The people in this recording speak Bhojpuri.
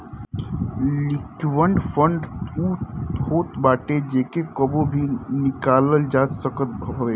लिक्विड फंड उ होत बाटे जेके कबो भी निकालल जा सकत हवे